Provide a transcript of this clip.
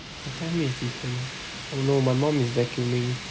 they tell me it's different oh no my mum is vacuuming